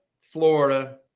Florida